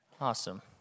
Awesome